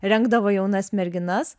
rengdavo jaunas merginas